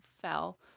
fell